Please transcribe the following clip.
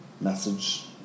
message